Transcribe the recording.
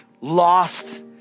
lost